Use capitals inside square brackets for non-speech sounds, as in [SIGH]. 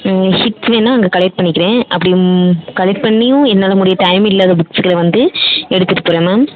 [UNINTELLIGIBLE] வேணா அங்கே கலெக்ட் பண்ணிக்கிறேன் அப்படி கலெக்ட் பண்ணியும் என்னால் முடி டைம் இல்லாத புக்ஸ்ஸுக்குலாம் வந்து எடுத்துகிட்டு போகிறேன் மேம்